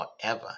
forever